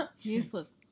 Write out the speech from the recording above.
Useless